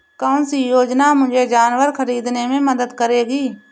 कौन सी योजना मुझे जानवर ख़रीदने में मदद करेगी?